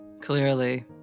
Clearly